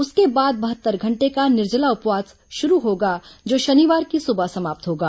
उसके बाद बहत्तर घंटे का निर्जला उपवास शुरू होगा जो शनिवार की सुबह समाप्त होगा